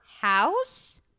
house